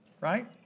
right